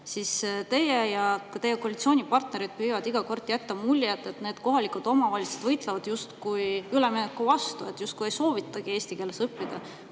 teie ja teie koalitsioonipartnerid püüate iga kord jätta muljet, et need kohalikud omavalitsused võitlevad justkui ülemineku vastu. Justkui ei soovitagi eesti keeles õppida.